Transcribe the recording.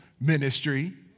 ministry